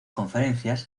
conferencias